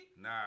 Nah